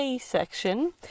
section